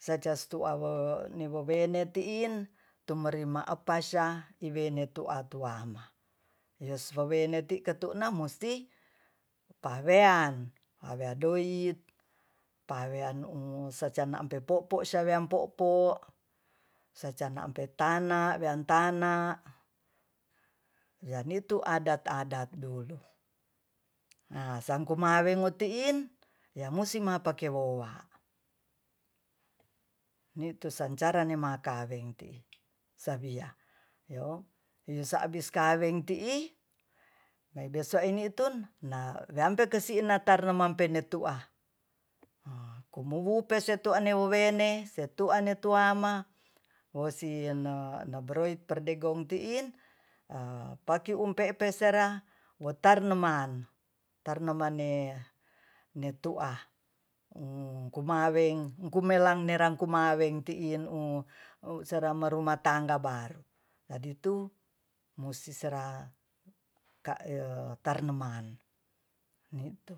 seces tuan woa wewene tiin tumerimaapasia iwene tuat-tuama yos wewene ti ketuna musti paweyan paweyan doid paweyan sacana ampe po'po saweyan po'po sacana ampe tana weyan tana ya ni tu adat-adat dulu na sangkumawengmo tiin ya musi ma pake mowa ni tusancaran makaweng tii sawiah yo si abis kaweng tii me beso ini tun na we ampe kesina tara maampene tuah kumuhu pesetuane wewene setuane tuama wosino nobroid pegoin tiin a paki umpepe sera wu tarnuman tarnumane netua kumaweng kumelang nerang kumaweng tiin sera berumatangga baru jadi tu musisera tarneman nitu